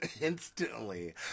Instantly